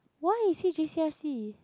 why is he J_C_F_C